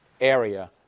area